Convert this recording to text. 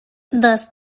thus